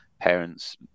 parents